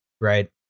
right